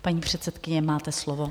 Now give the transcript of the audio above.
Paní předsedkyně, máte slovo.